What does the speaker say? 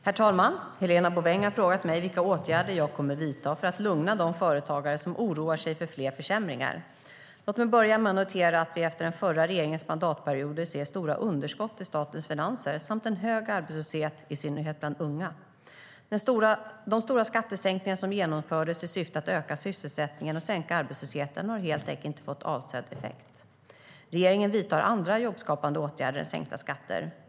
Herr talman! Helena Bouveng har frågat mig vilka åtgärder jag kommer att vidta för att lugna de företagare som oroar sig för fler försämringar. Låt mig börja med att notera att vi efter den förra regeringens mandatperioder ser stora underskott i statens finanser samt en hög arbetslöshet, i synnerhet bland unga. De stora skattesänkningar som genomfördes i syfte att öka sysselsättningen och sänka arbetslösheten har helt enkelt inte fått avsedd effekt. Regeringen vidtar andra jobbskapande åtgärder än sänkta skatter.